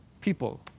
people